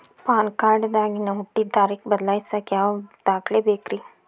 PAN card ದಾಗಿನ ಹುಟ್ಟಿದ ತಾರೇಖು ಬದಲಿಸಾಕ್ ಯಾವ ದಾಖಲೆ ಬೇಕ್ರಿ?